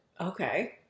Okay